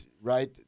Right